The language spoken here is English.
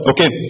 Okay